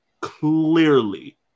Clearly